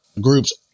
groups